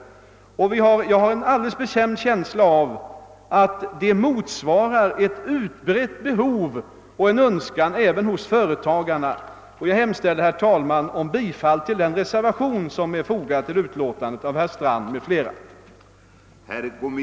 Jag har en alldeles bestämd känsla av att den motsvarar ett utbrett behov och ett önskemål även hos företagarna. Jag hemställer, herr talman, om bifall till den reservation av herr Strand m.fl. som är fogad till utskottets utlåtande.